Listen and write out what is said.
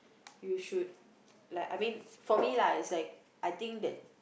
you should like I mean for me lah it's like I think that